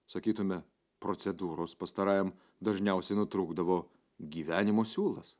sakytume procedūros pastarajam dažniausiai nutrūkdavo gyvenimo siūlas